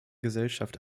gesellschaft